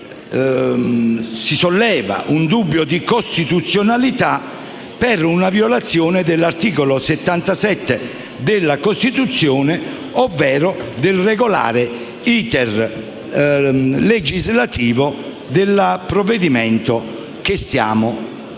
Si solleva un dubbio di costituzionalità per una violazione dell'articolo 77 della Costituzione ovvero del regolare *iter* legislativo del provvedimento che stiamo esaminando.